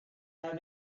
have